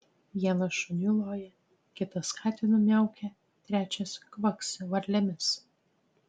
vienas šuniu loja kitas katinu miaukia trečias kvaksi varlėmis